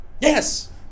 Yes